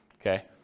Okay